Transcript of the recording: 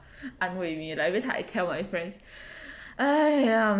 安慰 me like everytime I tell my friends !aiya!